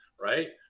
right